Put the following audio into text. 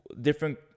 different